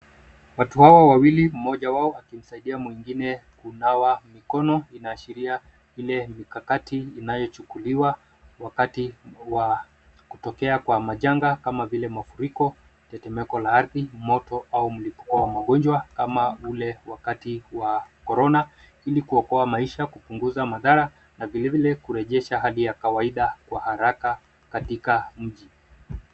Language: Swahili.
Watu hawa wawili mmoja wao akimsaidia mwingine kunawa mikono. Inaashiria ile mikakati inayochukuliwa wakati wa kutokea kwa majanga kama vile: mafuriko, tetemeko la ardhi, moto au mlipuko wa magonjwa, ama ule wakati wa Corona , ilikuokoa maisha kupunguza madhara na vile vile kurejesha hali ya kawaida kwa haraka katika mji.